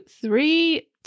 three